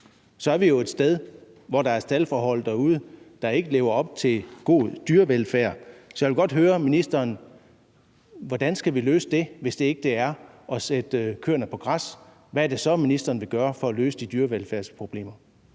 så er vi jo et sted, hvor der er staldforhold derude, der ikke lever op til god dyrevelfærd. Så jeg vil godt høre ministeren: Hvordan skal vi løse det? Hvis ikke vi skal gøre det ved at sætte køerne på græs, hvad er det så, ministeren vil gøre for at løse de dyrevelfærdsproblemer?